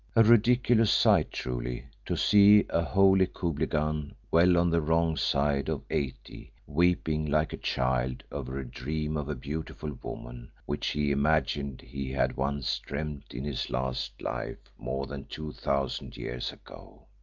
a ridiculous sight, truly, to see a holy khublighan well on the wrong side of eighty, weeping like a child over a dream of a beautiful woman which he imagined he had once dreamt in his last life more than two thousand years ago.